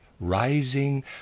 rising